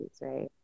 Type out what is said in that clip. right